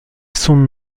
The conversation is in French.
son